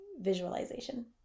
visualization